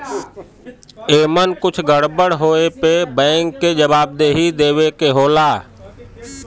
एमन कुछ गड़बड़ होए पे बैंक के जवाबदेही देवे के होला